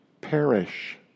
perish